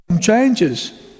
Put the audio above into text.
changes